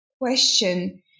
question